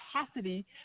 capacity